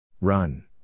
Run